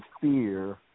fear